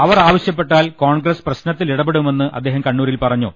അവർ ആവശ്യപ്പെട്ടാൽ കോൺഗ്രസ് പ്രശ്നത്തിൽ ഇടപെടുമെന്ന് അദ്ദേഹം കണ്ണൂരിൽ പറഞ്ഞു